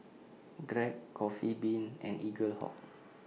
Grab Coffee Bean and Eaglehawk